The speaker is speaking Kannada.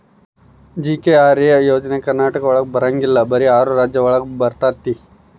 ಜಿ.ಕೆ.ಆರ್.ಎ ಯೋಜನೆ ಕರ್ನಾಟಕ ಒಳಗ ಬರಂಗಿಲ್ಲ ಬರೀ ಆರು ರಾಜ್ಯ ಒಳಗ ಬರ್ತಾತಿ